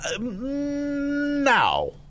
Now